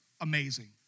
amazing